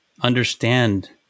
Understand